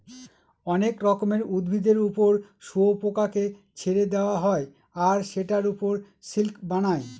অনেক রকমের উদ্ভিদের ওপর শুয়োপোকাকে ছেড়ে দেওয়া হয় আর সেটার ওপর সিল্ক বানায়